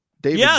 David